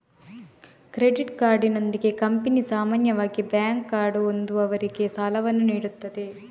credit ಕಾರ್ಡಿನೊಂದಿಗೆ company ಸಾಮಾನ್ಯವಾಗಿ bank card ಹೊಂದಿರುವವರಿಗೆ ಸಾಲವನ್ನು ನೀಡುತ್ತದೆ